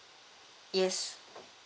yes